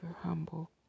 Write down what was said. humble